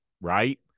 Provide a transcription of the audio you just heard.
right